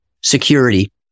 security